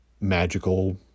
magical